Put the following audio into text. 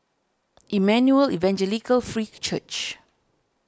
Emmanuel Evangelical Free Church